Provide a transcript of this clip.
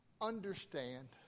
Understand